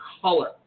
color